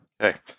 Okay